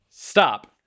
stop